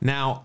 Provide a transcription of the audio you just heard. Now